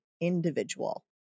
individual